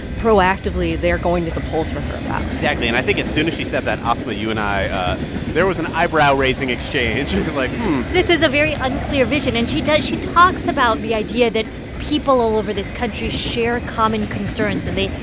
proactively, they're going to the polls for her about? exactly. and i think as soon as she said that, asma, you and i there was an eyebrow-raising exchange like, hmm this is a very unclear vision. and she talks about the idea that people all over this country share common concerns, and they,